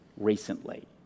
recently